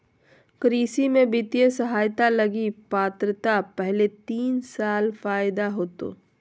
कृषि में वित्तीय सहायता लगी पात्रता पहले तीन साल फ़ायदा होतो